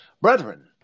brethren